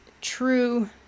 true